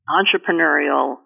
entrepreneurial